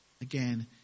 Again